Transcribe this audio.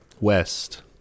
west